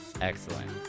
excellent